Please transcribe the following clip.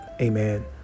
amen